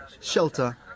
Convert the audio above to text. shelter